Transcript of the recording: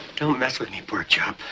don't mess with me, pork chop.